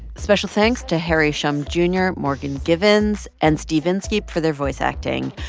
special thanks to harry shum jr, morgan givens and steve inskeep for their voice acting,